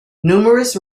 numerous